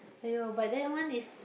!aiyo! but that one is